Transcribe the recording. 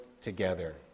together